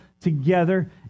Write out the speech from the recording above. together